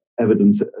evidence